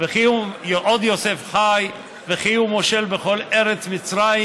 "עוד יוסף חי, וכי הוא מֹשל בכל ארץ מצרים"